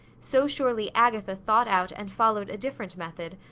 so surely agatha thought out and followed a different method,